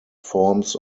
forms